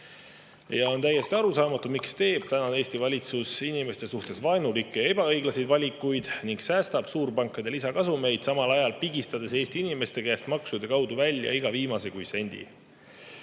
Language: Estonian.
On täiesti arusaamatu, miks teeb tänane Eesti valitsus inimeste suhtes vaenulikke ja ebaõiglaseid valikuid ning säästab suurpankade lisakasumeid, samal ajal pigistades Eesti inimeste käest maksude kaudu välja iga viimase kui sendi.